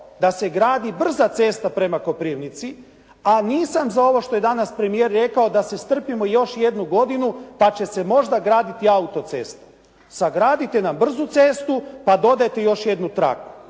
da se gradi brza cesta prema Koprivnici, a nisam za ovo što je danas premijer rekao da se strpimo još jednu godinu pa će se možda graditi autocesta. Sagradite nam brzu cestu pa dodajte još jednu traku,